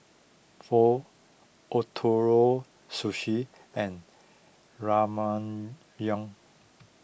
Pho Ootoro Sushi and Ramyeon